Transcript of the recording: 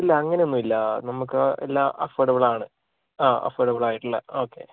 ഇല്ല അങ്ങനെയൊന്നും ഇല്ല നമ്മൾക്ക് എല്ലാ അഫോർഡബിൾ ആണ് ആ അഫോർഡബിൾ ആയിട്ടുള്ള ഓക്കെ